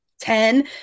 ten